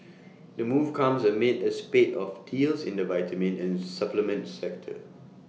the move comes amid A spate of deals in the vitamin and supplement sector